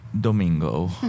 Domingo